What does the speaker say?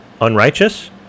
unrighteous